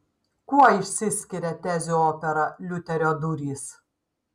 kuo išsiskiria tezių opera liuterio durys